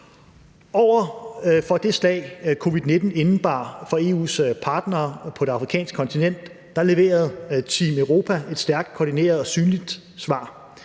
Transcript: Over for det slag, som covid-19 indebar for EU's partnere på det afrikanske kontinent, leverede team Europa et stærkt koordineret og synligt svar.